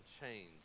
chains